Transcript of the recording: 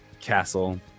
castle